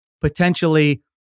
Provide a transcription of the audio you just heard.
potentially